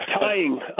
tying